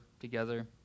together